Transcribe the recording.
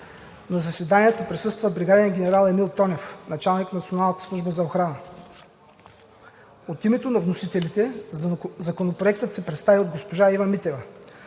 На заседанието присъства бригаден генерал Емил Тонев – началник на Националната служба за охрана. От името на вносителите Законопроектът се представи от госпожа Ива Митева.